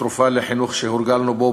כתרופה לחינוך שהורגלנו בו,